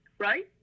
Right